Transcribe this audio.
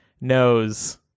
knows